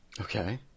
Okay